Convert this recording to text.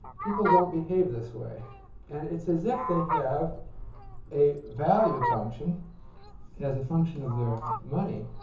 people don't behave this way and it's as if they have a value function as a function of their money.